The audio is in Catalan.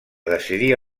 decidir